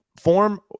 form